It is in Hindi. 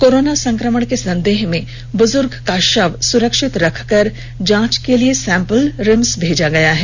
कोरोना संक्रमण के संदेह में बुजुर्ग का शव सुरक्षित रखकर जांच के लिए सैंपल रिम्स भेजा गया है